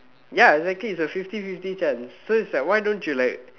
ya exactly it's a fifty fifty chance so why don't you like